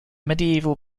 medieval